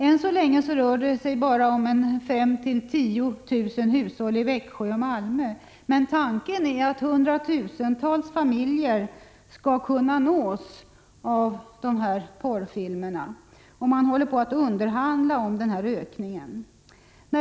Än så länge rör det sig bara om 5 000-10 000 hushåll i Växjö och Malmö, men tanken är att hundratusentals familjer skall kunna nås av dessa porrfilmer. Underhandlingar om denna ökning pågår.